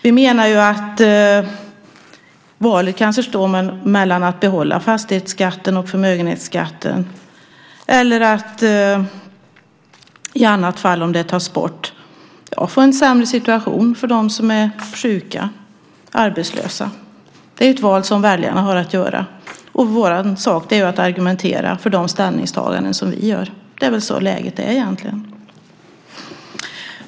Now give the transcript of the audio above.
Vi menar att valet kanske står mellan att behålla fastighetsskatten och förmögenhetsskatten och att få en sämre situation för sjuka och arbetslösa. Det är ett val som väljarna har att göra. Vår sak är att argumentera för våra ställningstaganden.